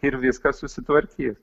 ir viskas susitvarkys